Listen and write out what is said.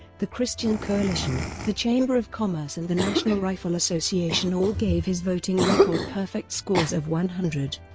the christian coalition, the chamber of commerce and the national rifle association all gave his voting record perfect scores of one hundred.